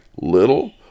little